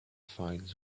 find